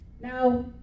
Now